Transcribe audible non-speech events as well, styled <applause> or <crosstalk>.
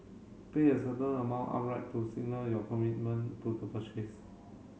pay a certain amount <unintelligible> to signal your commitment to the purchase